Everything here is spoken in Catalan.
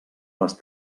les